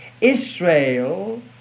Israel